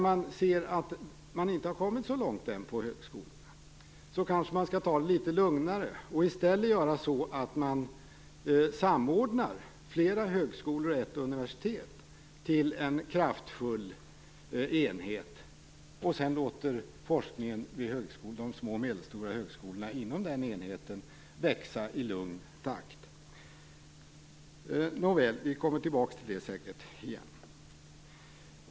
Men där högskolorna inte har kommit så långt skall man kanske ta det litet lugnare, kanske samordna flera högskolor och ett universitet till en kraftfull enhet. Sedan låter man forskningen inom de små och medelstora högskolorna inom denna enhet växa i lugn takt. Vi kommer säkert tillbaka till detta igen.